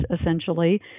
essentially